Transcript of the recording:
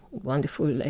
wonderful. like